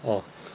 orh